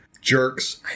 jerks